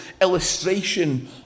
illustration